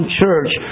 church